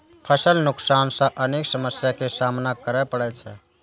फसल नुकसान सं अनेक समस्या के सामना करै पड़ै छै